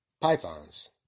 pythons